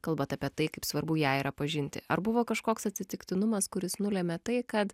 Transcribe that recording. kalbat apie tai kaip svarbu ją yra pažinti ar buvo kažkoks atsitiktinumas kuris nulemia tai kad